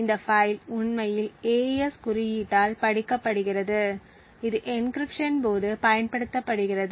இந்த பைல் உண்மையில் AES குறியீட்டால் படிக்கப்படுகிறது இது எனகிரிப்ட்ஷன் போது பயன்படுத்தப்படுகிறது